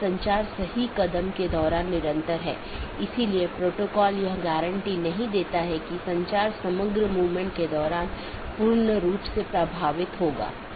तो यह AS संख्याओं का एक सेट या अनुक्रमिक सेट है जो नेटवर्क के भीतर इस राउटिंग की अनुमति देता है